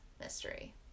mystery